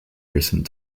recent